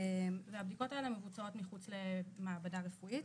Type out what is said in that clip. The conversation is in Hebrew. והבדיקות האלה מבוצעות מחוץ למעבדה רפואית.